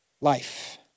life